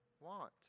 want